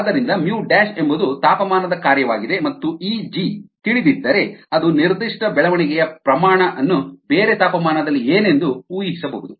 ಆದ್ದರಿಂದ ಎಂಬುದು ತಾಪಮಾನದ ಕಾರ್ಯವಾಗಿದೆ ಮತ್ತು Eg ತಿಳಿದಿದ್ದರೆ ಅದರ ನಿರ್ದಿಷ್ಟ ಬೆಳವಣಿಗೆಯ ಪ್ರಮಾಣ ಅನ್ನು ಬೇರೆ ತಾಪಮಾನದಲ್ಲಿ ಏನೆಂದು ಊಹಿಸಬಹುದು